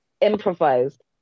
improvised